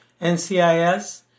NCIS